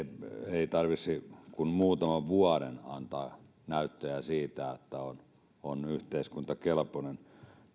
ei tarvitsisi kuin muutaman vuoden antaa näyttöä siitä että on on yhteiskuntakelpoinen